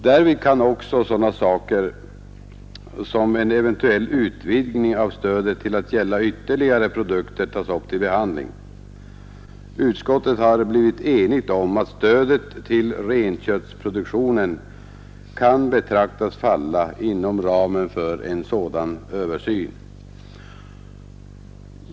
Därvid kan också sådana saker som en eventuell utvidgning av stödet till att gälla ytterligare produkter tas upp till behandling. Utskottet har blivit enigt om att stödet till renköttsproduktionen kan betraktas falla inom ramen för en sådan översyn.